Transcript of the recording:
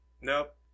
Nope